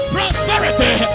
Prosperity